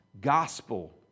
gospel